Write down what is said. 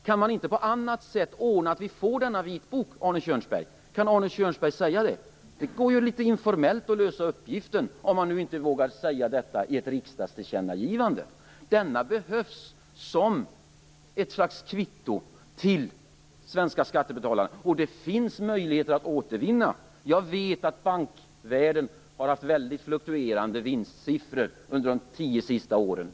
Kan man inte på annat sätt ordna att vi får denna vitbok? Kan Arne Kjörnsberg säga det? Det går att lösa uppgiften litet informellt, om man nu inte vågar säga det här i ett riksdagstillkännagivande. Vitboken behövs som ett slags kvitto till svenska skattebetalare. Det finns möjligheter att återvinna de satsade medlen. Jag vet att bankvärlden har haft väldigt fluktuerande vinstsiffror under de tio senaste åren.